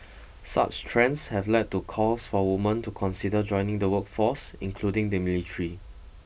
such trends have led to calls for woman to consider joining the workforce including the military